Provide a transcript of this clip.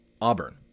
Auburn